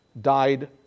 died